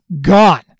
gone